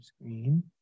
screen